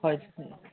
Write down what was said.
হয়